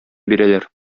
бирәләр